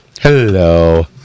Hello